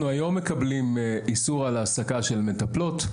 אנחנו היום מקבלים איסור על העסקה של מטפלות.